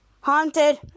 haunted